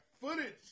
footage